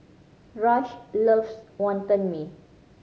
Rush loves Wonton Mee